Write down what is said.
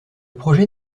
projet